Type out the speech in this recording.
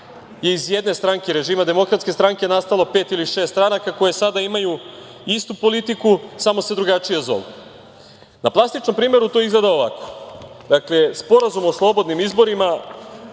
je iz jedne stranke režima DS nastalo pet ili šest stranaka koje sada imaju istu politiku samo se drugačije zovu. Na plastičnom primeru to izgleda ovako – sporazum o slobodnim izborima